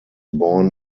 born